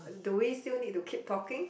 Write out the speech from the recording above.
do we still need to keep talking